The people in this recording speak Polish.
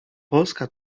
polska